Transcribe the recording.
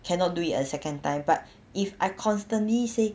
cannot do it a second time but if I constantly say